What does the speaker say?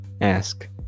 ask